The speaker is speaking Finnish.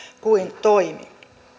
kuin toimi